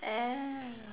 oh